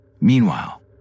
Meanwhile